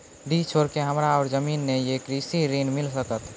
डीह छोर के हमरा और जमीन ने ये कृषि ऋण मिल सकत?